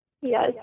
Yes